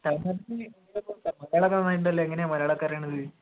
തമിഴ് നാട്ടില് മലയാളം ഒക്കെ നന്നായിട്ടുണ്ടല്ലോ എങ്ങനെയാണ് മലയാളം ഒക്കെ അറിയണത്